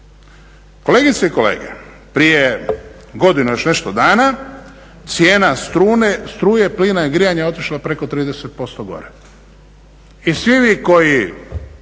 Kolegice i kolege, prije godinu i još nešto dana cijena struje, plina i grijanja otišla je preko 30% gore